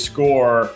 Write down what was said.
Score